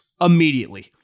immediately